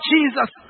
Jesus